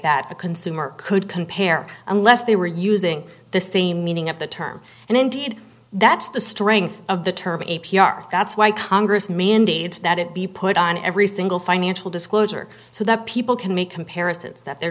that a consumer could compare unless they were using the same meaning of the term and indeed that's the rings of the term a p r that's why congress mandates that it be put on every single financial disclosure so that people can make comparisons that they're